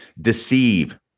deceive